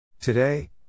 Today